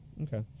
Okay